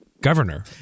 Governor